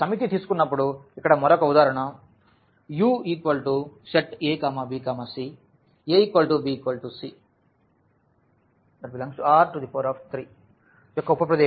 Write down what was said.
ఈ సమితి తీసుకున్నప్పుడు ఇక్కడ మరొక ఉదాహరణ U a b c a b cR3యొక్క ఉప ప్రదేశం R3